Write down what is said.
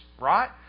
right